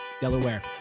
Delaware